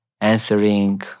answering